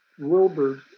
Wilbur